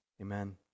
amen